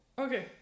Okay